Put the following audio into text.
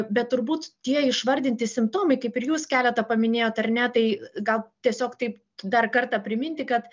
bet turbūt tie išvardinti simptomai kaip ir jūs keletą paminėjot ar ne tai gal tiesiog taip dar kartą priminti kad